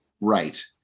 Right